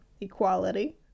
equality